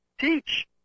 teach